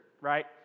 right